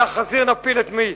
על החזיר נפיל את מי,